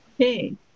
Okay